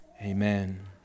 Amen